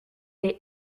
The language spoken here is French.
les